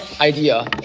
idea